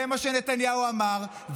זה מה שנתניהו אמר,